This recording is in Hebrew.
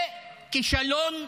זה כישלון במזיד.